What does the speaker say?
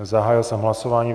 Zahájil jsem hlasování.